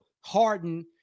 Harden